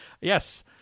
Yes